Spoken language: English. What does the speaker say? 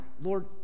lord